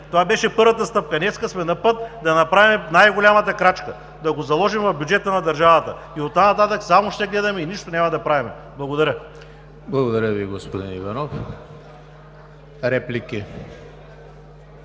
това беше първата стъпка. Днес сме на път да направим най-голямата крачка – да го заложим в бюджета на държавата. И оттам нататък само ще гледаме и нищо няма да правим. Благодаря. ПРЕДСЕДАТЕЛ ЕМИЛ ХРИСТОВ: Благодаря Ви, господин Иванов. Реплики?